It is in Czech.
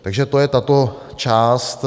Takže to je tato část.